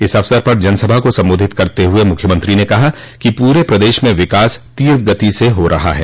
इस अवसर पर जनसभा को सम्बोधित करते हुए मुख्यमंत्री ने कहा कि पूरे प्रदेश में विकास तीव्र गति से हो रहा है